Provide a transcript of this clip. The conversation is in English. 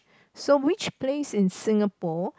so which place in Singapore